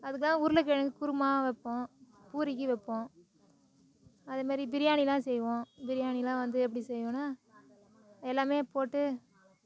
அதுக்கு எல்லாம் உருளைக்கெழங்கு குருமா வைப்போம் பூரிக்கு வைப்போம் அதமாரி பிரியாணி எல்லாம் செய்வோம் பிரியாணி எல்லாம் வந்து எப்படி செய்வோன்னா எல்லாமே போட்டு